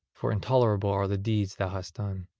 for intolerable are the deeds thou hast done.